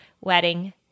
wedding